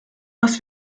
was